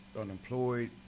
unemployed